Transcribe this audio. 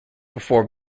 before